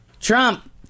Trump